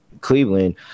Cleveland